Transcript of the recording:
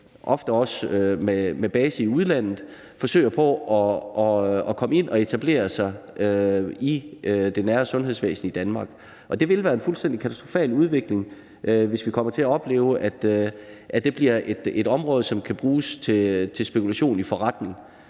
ofte med base i udlandet, forsøger på at komme ind og etablere sig i det nære sundhedsvæsen i Danmark. Det ville være en fuldstændig katastrofal udvikling, hvis vi kommer til at opleve, at det bliver et område, som kan bruges til spekulation i forretning.